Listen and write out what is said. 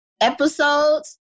episodes